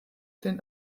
den